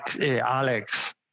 Alex